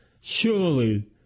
Surely